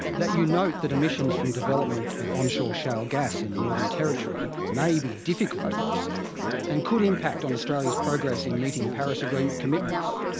that you note that emissions from development of onshore shale gas in the northern territory may be difficult to offset and could impact on australia's progress in meeting paris agreement commitments.